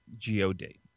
Geodate